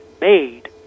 made